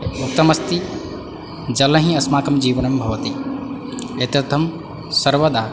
उक्तमस्ति जलैः अस्माकं जीवनं भवति एतदर्थं सर्वदा